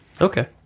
Okay